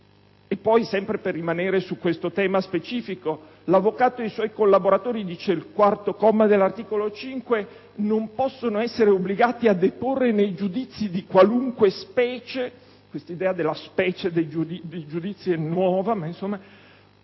Poi, sempre per rimanere su questo tema specifico, l'avvocato e i suoi collaboratori, dice il quarto comma dell'articolo 5 «non possono essere obbligati a deporre nei giudizi di qualunque specie - questa idea della "specie" dei giudizi è nuova - su